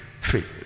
Faith